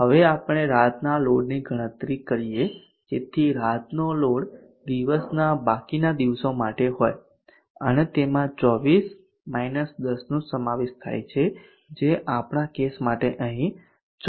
હવે આપણે રાતના લોડની ગણતરી કરીએ જેથી રાતનો લોડ દિવસના બાકીના દિવસો માટે હોય અને તેમાં 24 10 નો સમાવેશ થાય છે જે આપણા કેસ માટે અહીં 14 કલાક છે